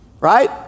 right